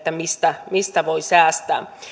mistä mistä voi säästää kun esittelemme vaihtoehtobudjettimme